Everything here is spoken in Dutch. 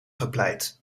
gepleit